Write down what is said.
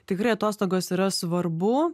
tikrai atostogos yra svarbu